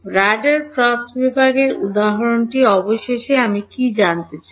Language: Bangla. রাডার ক্রস বিভাগের উদাহরণটি অবশেষে আমি কী জানতে চাই